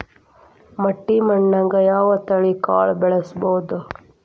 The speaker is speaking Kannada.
ಮಟ್ಟಿ ಮಣ್ಣಾಗ್, ಯಾವ ತಳಿ ಕಾಳ ಬೆಳ್ಸಬೋದು?